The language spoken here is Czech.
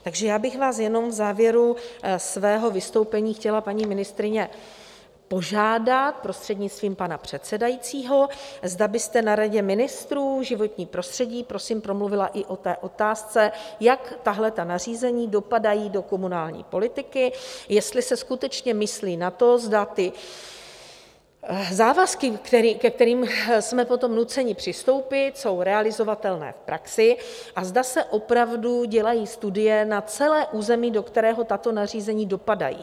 Takže já bych vás jenom v závěru svého vystoupení chtěla, paní ministryně, požádat, prostřednictvím pana předsedajícího, zda byste na Radě ministrů pro životní prostředí prosím promluvila i o té otázce, jak tahleta nařízení dopadají do komunální politiky, jestli se skutečně myslí na to, zda závazky, ke kterým jsme potom nuceni přistoupit, jsou realizovatelné v praxi a zda se opravdu dělají studie na celé území, do kterého tato nařízení dopadají.